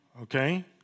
Okay